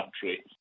country